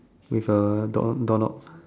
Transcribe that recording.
with a door doorknob